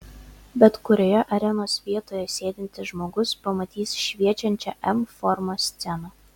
bet kurioje arenos vietoje sėdintis žmogus pamatys šviečiančią m formos sceną